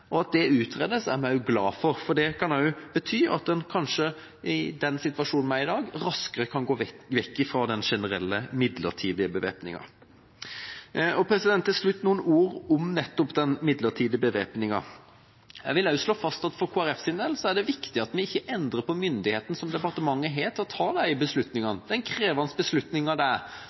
Norge. At det utredes, er vi glad for. Det kan også bety at vi i den situasjonen vi er i dag, raskere kan gå vekk fra den generelle, midlertidige bevæpninga. Til slutt noen ord om nettopp den midlertidige bevæpninga. Jeg vil slå fast at for Kristelig Folkeparti sin del er det viktig at vi ikke endrer på myndigheten som departementet har til å ta den krevende beslutninga det er